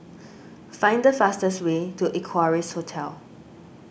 find the fastest way to Equarius Hotel